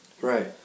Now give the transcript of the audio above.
Right